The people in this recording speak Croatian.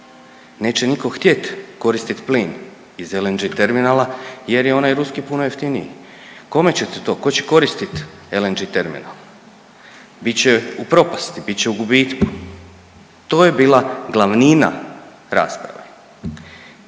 neće nitko htjet koristit plin iz LNG terminala jer je onaj ruski puno jeftiniji, kome ćete to, tko će koristit LNG terminal, bit će u propasti, bit će u gubitku. To je bila glavnina rasprave.